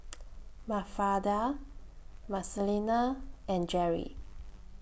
Mafalda Marcelino and Jerry